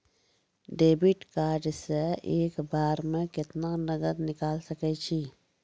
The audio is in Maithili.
डेबिट कार्ड से एक बार मे केतना नगद निकाल सके छी?